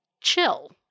chill